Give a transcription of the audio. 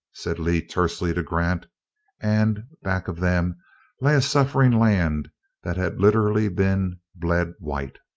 said lee tersely to grant and back of them lay a suffering land that had literally been bled white.